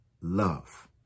love